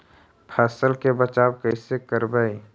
फसल के बचाब कैसे करबय?